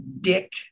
Dick